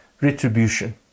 retribution